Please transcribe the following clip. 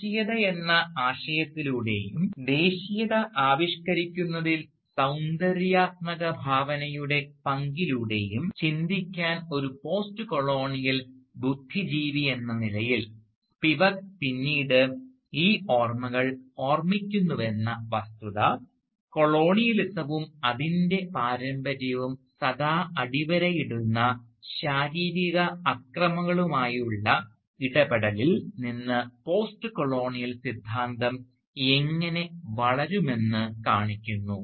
ദേശീയതയെന്ന ആശയത്തിലൂടെയും ദേശീയത ആവിഷ്കരിക്കുന്നതിൽ സൌന്ദര്യാത്മക ഭാവനയുടെ പങ്കിലൂടെയും ചിന്തിക്കാൻ ഒരു പോസ്റ്റ്കൊളോണിയൽ ബുദ്ധിജീവിയെന്ന നിലയിൽ സ്പിവക് പിന്നീട് ഈ ഓർമ്മകൾ ഓർമ്മിക്കുന്നുവെന്ന വസ്തുത കൊളോണിയലിസവും അതിൻറെ പാരമ്പര്യവും സദാ അടിവരയിടുന്ന ശാരീരിക അക്രമങ്ങളുമായുള്ള ഇടപെടലിൽ നിന്ന് പോസ്റ്റ് കൊളോണിയൽ സിദ്ധാന്തം എങ്ങനെ വളരുമെന്ന് കാണിക്കുന്നു